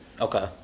Okay